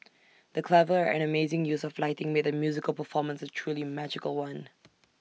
the clever and amazing use of lighting made the musical performance A truly magical one